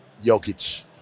Jokic